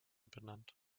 benannt